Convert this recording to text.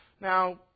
Now